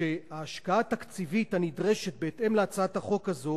שההשקעה התקציבית הנדרשת בהתאם להצעת החוק הזאת